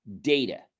data